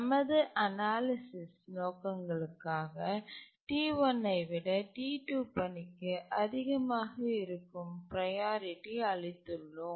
நமது அனாலிசிஸ் நோக்கங்களுக்காக T1 ஐ விட T2 பணிக்கு அதிகமாக இருக்கும் ப்ரையாரிட்டி அளித்துள்ளோம்